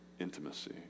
intimacy